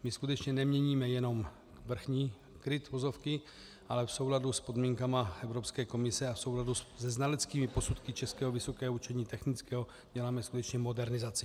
My skutečně neměníme jenom vrchní kryt vozovky, ale v souladu s podmínkami Evropské komise a v souladu se znaleckými posudky Českého vysokého učení technického děláme skutečně modernizaci.